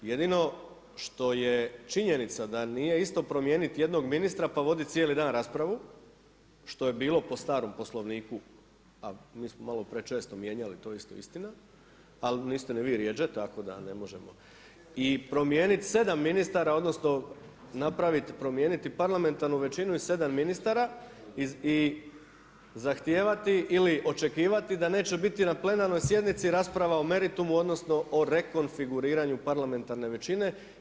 Jedino što je činjenica da nije isto promijeniti jednog ministra pa voditi cijeli dan raspravu, što je bilo po starom Poslovniku, a mi smo malo prečesto mijenjali to je isto istina, ali niste ni vi rjeđe, tako da ne možemo i promijeniti sedam ministara odnosno napraviti promijeniti parlamentarnu većinu i sedam ministara i zahtijevati ili očekivati da neće biti na plenarnoj sjednici rasprava o meritumu odnosno o rekonfiguriranju parlamentarne većine.